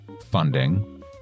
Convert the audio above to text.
funding